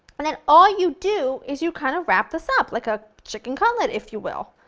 and then all you do is you kind of wrap this up like a chicken cutlet, if you will.